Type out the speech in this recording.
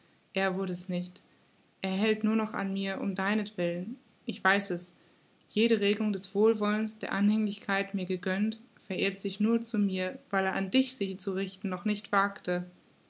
er wurd es nicht er hält nur noch an mir um deinetwillen ich weiß es jede regung des wohlwollens der anhänglichkeit mir gegönnt verirrte sich nur zu mir weil er an dich sie zu richten noch nicht wagte